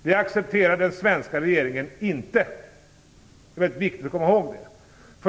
Det accepterar den svenska regeringen inte, det är väldigt viktigt att komma ihåg.